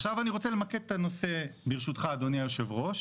עכשיו אני רוצה למקד את הנושא ברשותך אדוני היו"ר.